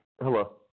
Hello